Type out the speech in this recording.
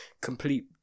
complete